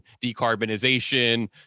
decarbonization